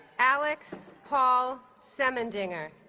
alex paul semendinger